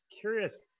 curious